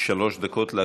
שלוש דקות.